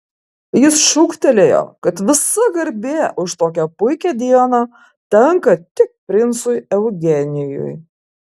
jis šūktelėjo kad visa garbė už tokią puikią dieną tenka tik princui eugenijui